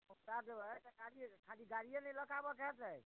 तत्काल जे अइ खाली गाड़िये ने लऽकऽ आबऽके होयतै